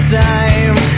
time